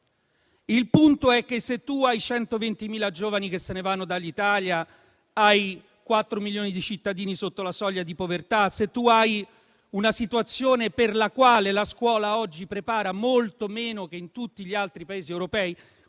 l'attenzione. Se 120.000 giovani se ne vanno dall'Italia; se 4 milioni di cittadini sono sotto la soglia di povertà; se si ha una situazione per la quale la scuola oggi prepara molto meno che in tutti gli altri Paesi europei,